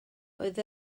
oedd